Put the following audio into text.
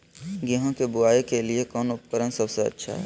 गेहूं के बुआई के लिए कौन उपकरण सबसे अच्छा है?